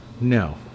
No